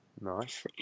Nice